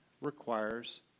requires